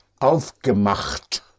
aufgemacht